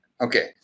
okay